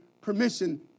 permission